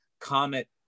comet